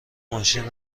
ماشین